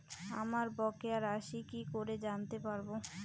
আমার বকেয়া রাশি কি করে জানতে পারবো?